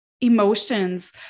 emotions